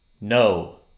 no